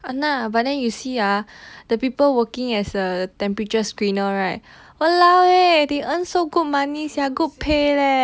!hanna! but then you see ah the people working as a temperature screener right !walao! eh they earn so good money sia good pay leh